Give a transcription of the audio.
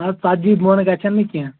نہ حظ ژَتجی بۄن گژھن نہٕ کیٚنہہ